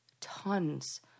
tons